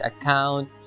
account